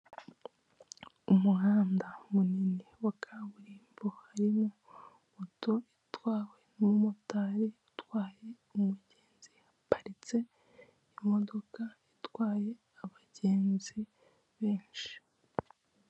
Umuhanda munini wa kaburimbo harimo moto itwawe n'umumotari utwaye umugenzi haparitse imodoka itwaye abagenzi benshi.